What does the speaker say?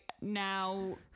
now